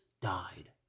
died